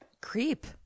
creep